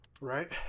right